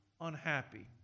unhappy